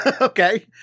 Okay